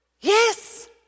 Yes